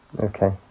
Okay